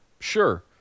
sure